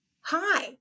hi